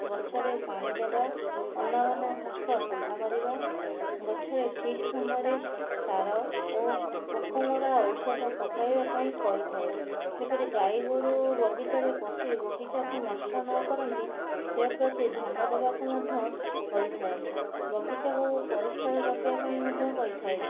ଗଛରେ ପାଣିଦେବା ଅନାବନା ଘାସ ସଫା କରିବା ଗଛରେ ଠିକ୍ ସମୟରେ ସାର ଓ ପୋକମରା ଔଷଧ ପକାଇବା ପାଇଁ କହିଥାଏ ଯେପରି ଗାଈ ଗୋରୁ ବଗିଚାରେ ପଶି ବଗିଚାକୁ ନଷ୍ଟ ନ କରନ୍ତି ସେ ପ୍ରତି ଧ୍ୟାନ ଦେବାକୁ ମଧ୍ୟ କହିଥାଏ ବଗିଚା ହଉ ପରିସ୍କାର ରଖିବା ପାଇଁ ମଧ୍ୟ କହିଥାଏ